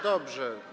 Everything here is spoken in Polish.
Dobrze.